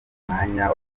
umwanya